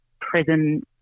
prison